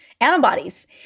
antibodies